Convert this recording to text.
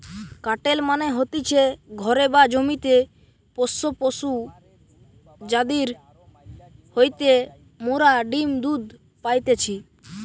কাটেল মানে হতিছে ঘরে বা জমিতে পোষ্য পশু যাদির হইতে মোরা ডিম্ দুধ পাইতেছি